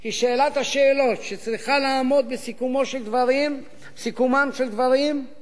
כי שאלת השאלות שצריכה לעמוד בסיכומם של דברים היא